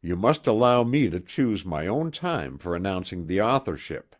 you must allow me to choose my own time for announcing the authorship.